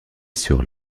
sur